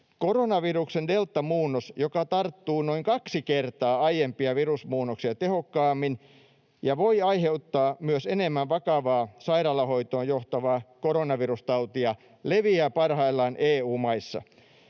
”Koronaviruksen deltamuunnos, joka tarttuu noin kaksi kertaa aiempia virusmuunnoksia tehokkaammin ja voi aiheuttaa myös enemmän vakavaa sairaalahoitoon johtavaa koronavirustautia, leviää parhaillaan EU-maissa.